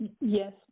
Yes